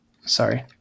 Sorry